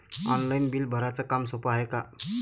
Online bill भराच काम सोपं हाय का?